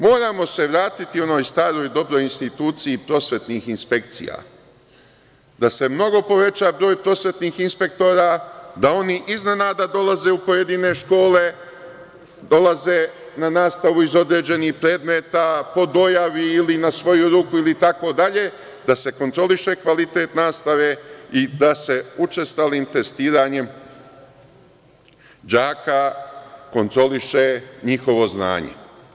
Moramo se vratiti onoj staroj dobroj instituciji prosvetnih inspekcija, da se mnogo poveća broj prosvetnih inspektora, da oni iznenada dolaze u pojedine škole, dolaze na nastavu iz određenih predmeta, po dojavi ili na svoju ruku, ili drugačije, da se kontroliše kvalitet nastave i da se učestalim testiranjem đaka kontroliše njihovo znanje.